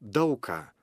daug ką